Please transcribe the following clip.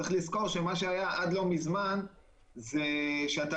צריך לזכור שמה שהיה עד לא מזמן זה שהתלמידים